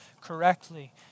correctly